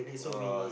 ah